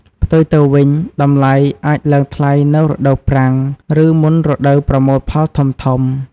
ផ្ទុយទៅវិញ តម្លៃអាចឡើងថ្លៃនៅរដូវប្រាំង ឬមុនរដូវប្រមូលផលធំៗ។